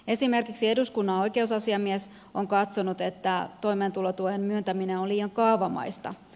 esimerkiksi eduskunnan oikeusasiamies on katsonut että toimeentulotuen myöntäminen on liian kaavamaista